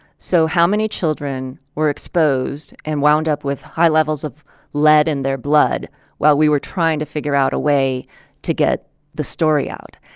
so how many children were exposed and wound up with high levels of lead in their blood while we were trying to figure out a way to get the story out?